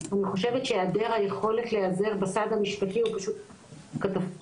אני חושבת שהעדר היכולת להיעזר בסעד המשפטי הוא פשוט קטסטרופה,